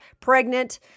pregnant